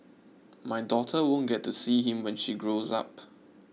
my daughter won't get to see him when she grows up